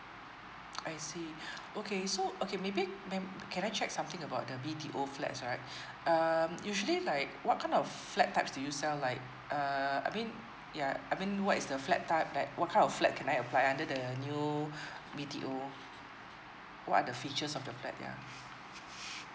I see okay so okay maybe may can I check something about the B_T_O flats right um usually like what kind of flat types do you sell like uh I mean ya I mean what's the flat type back what kind of flat can I apply under the new B_T_O what are the features of the flat ya